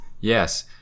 Yes